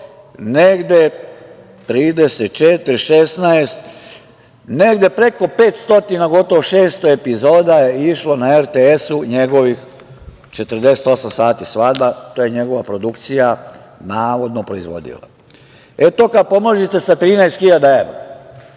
negde 34, 16, negde preko 500, gotovo 600 epizoda je išlo na RTS-u njegovih „48 sati svadba“, to je njegova produkcija navodno proizvodila.E to kad pomnožite sa 13.000 evra,